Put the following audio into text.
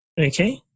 Okay